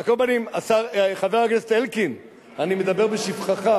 על כל פנים, חבר הכנסת אלקין, אני מדבר בשבחך.